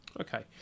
okay